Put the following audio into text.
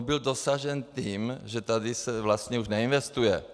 Bylo ho dosaženo tím, že tady se vlastně už neinvestuje.